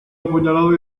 apuñalado